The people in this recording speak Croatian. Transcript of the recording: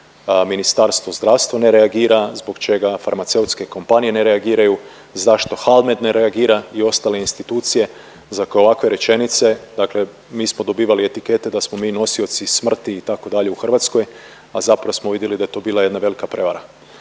Ministarstvo zdravstva ne reagira, zbog čega farmaceutske kompanije ne reagiraju, zašto HALMED ne reagira i ostale institucije za koje ovakve rečenice, dakle mi smo dobivali etikete da smo mi nosioci smrti, itd. u Hrvatskoj, a zapravo smo vidjeli da je to bila jedna velika prevara.